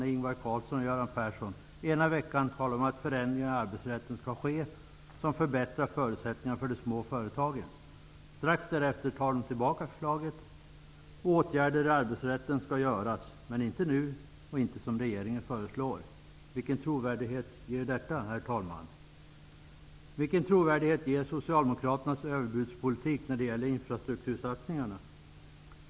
Den ena veckan talar Ingvar Carlsson och Göran Persson om att förändringar i arbetsrätten skall göras som förbättrar förutsättningarna för de små företagen. Strax därefter tar de tillbaka förslaget; åtgärder i arbetsrätten skall göras, men inte nu och inte som regeringen föreslår. Vilken trovärdighet ger detta, herr talman? Vilken trovärdighet ger socialdemokraternas överbudspolitik när det gäller infrastruktursatsningarna?